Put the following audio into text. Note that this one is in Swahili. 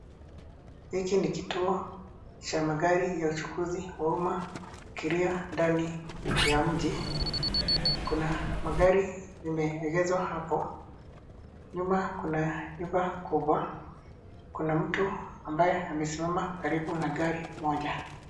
Hiki ni kituo cha magari ya uchukuzi wa umma kiliyo ndani ya mji, kuna magari zimeegezwa hapo, nyuma kuna nyumba kubwa, kuna mtu ambaye amesimama karibu na gari moja.